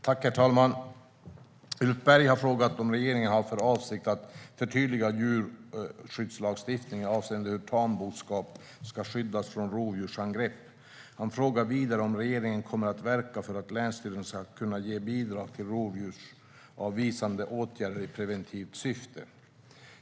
Herr talman! Ulf Berg har frågat om regeringen har för avsikt att förtydliga djurskyddslagstiftningen avseende hur tamboskap ska skyddas från rovdjursangrepp. Han frågar vidare om regeringen kommer att verka för att länsstyrelserna ska kunna ge bidrag för rovdjursavvisande åtgärder i preventivt syfte.